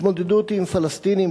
ב"ההתמודדות עם פלסטינים",